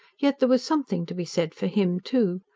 yet there was something to be said for him, too.